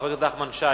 חבר הכנסת נחמן שי,